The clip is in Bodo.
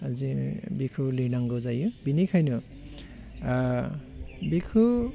जे बिखौ लिरनांगौ जायो बिनिखायनो बिखौ